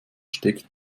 steckt